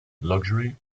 luxury